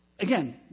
Again